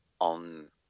on